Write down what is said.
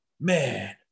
man